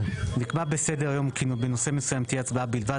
נקבע בסדר-היום כי בנושא מסוים תהיה הצבעה בלבד,